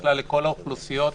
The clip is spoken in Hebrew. ובכלל לכל האוכלוסיות.